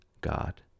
God